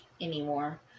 anymore